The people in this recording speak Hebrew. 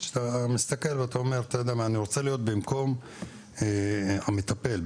להיות במקום המטפל,